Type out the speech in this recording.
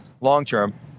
long-term